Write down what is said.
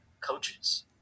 coaches